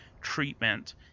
treatment